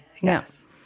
yes